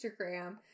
Instagram